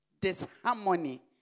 disharmony